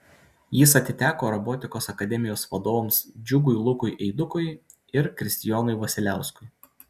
jis atiteko robotikos akademijos vadovams džiugui lukui eidukui ir kristijonui vasiliauskui